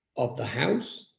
of the house